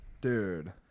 Dude